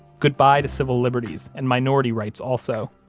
goodbye to civil liberties and minority rights also.